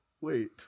wait